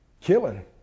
killing